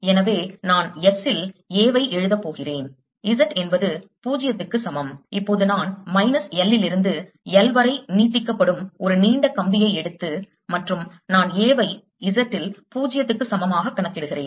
எனவே நான் S ல் A வை எழுத போகிறேன் Z என்பது 0 க்கு சமம் இப்போது நான் மைனஸ் L இருந்து L வரை நீட்டிக்கப்படும் ஒரு நீண்ட கம்பியை எடுத்து மற்றும் நான் A வை Z ல் 0 க்கு சமமாக கணக்கிடுகிறேன்